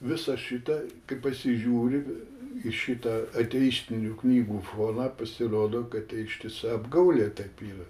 visa šita kai pasižiūri į šitą ateistinių knygų foną pasirodo kad ištisa apgaulė taip yra